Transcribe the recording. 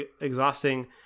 exhausting